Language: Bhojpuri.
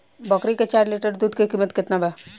बकरी के चार लीटर दुध के किमत केतना बा?